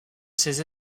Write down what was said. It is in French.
ces